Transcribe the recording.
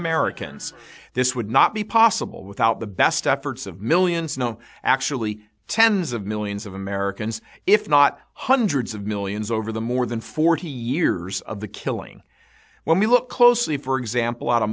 americans this would not be possible without the best efforts of millions no actually tens of millions of americans if not hundreds of millions over the more than forty years of the killing when we look closely for example